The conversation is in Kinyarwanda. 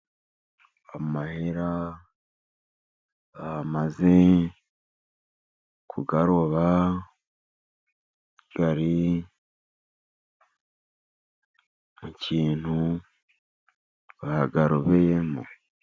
Amahera bamaze kuyaroba ari mu kintu bayarobeyemo.